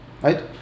right